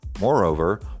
Moreover